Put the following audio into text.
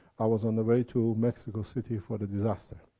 i was on the way to mexico city for the disaster.